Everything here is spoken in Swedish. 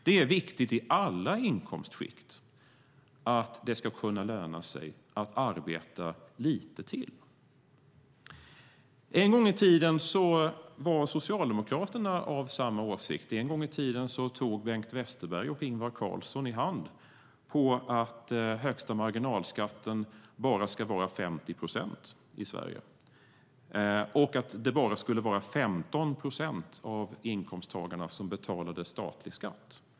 Det är viktigt i alla inkomstskikt att det ska kunna löna sig att arbeta lite till. En gång i tiden var Socialdemokraterna av samma åsikt. En gång i tiden tog Bengt Westerberg och Ingvar Carlsson i hand på att högsta marginalskatten bara skulle vara 50 procent i Sverige och att bara 15 procent av inkomsttagarna skulle betala statlig skatt.